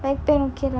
I think okay lah